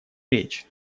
речь